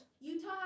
Utah